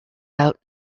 out